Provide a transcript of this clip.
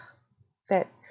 that